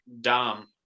Dom